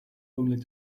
only